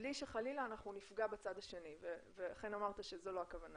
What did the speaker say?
מבלי שחלילה אנחנו נפגע בצד השני ואכן אמרת שזאת לא הכוונה